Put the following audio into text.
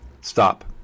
Stop